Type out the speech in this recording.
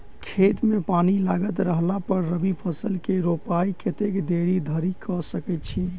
खेत मे पानि लागल रहला पर रबी फसल केँ रोपाइ कतेक देरी धरि कऽ सकै छी?